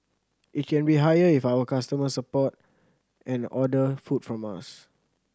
it can be higher if our customers support and order food from us